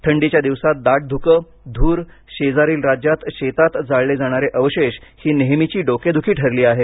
थंडीच्या दिवसात दाट धुकं धूर शेजारील राज्यात शेतात जाळले जाणारे अवशेष ही नेहमीची डोकेदुखी ठरली आहे